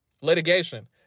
Litigation